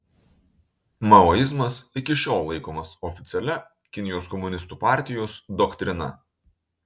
maoizmas iki šiol laikomas oficialia kinijos komunistų partijos doktrina